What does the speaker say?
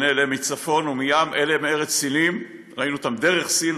והנה אלה מצפון ומים ואלה מארץ סינים" ראינו אותם: דרך סין,